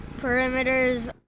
Perimeters